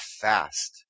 fast